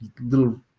little